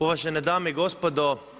Uvažene dame i gospodo.